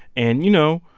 and, you know,